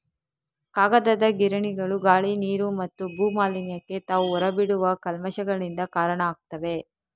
ಕಾಗದದ ಗಿರಣಿಗಳು ಗಾಳಿ, ನೀರು ಮತ್ತು ಭೂ ಮಾಲಿನ್ಯಕ್ಕೆ ತಾವು ಹೊರ ಬಿಡುವ ಕಲ್ಮಶಗಳಿಂದ ಕಾರಣ ಆಗ್ತವೆ